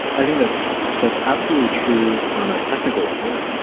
i think that's that's absolutely true on a technical level.